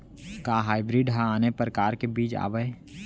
का हाइब्रिड हा आने परकार के बीज आवय?